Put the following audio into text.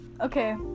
Okay